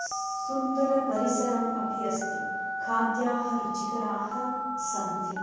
सुन्दरपरिसरम् अपि अस्ति खाद्याः रुचिकराः सन्ति